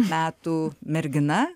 metų mergina